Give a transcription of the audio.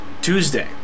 Tuesday